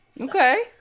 Okay